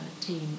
team